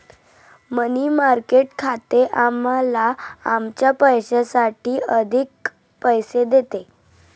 मनी market खाते आम्हाला आमच्या पैशासाठी अधिक पैसे देते